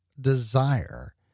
desire